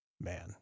Man